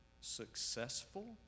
successful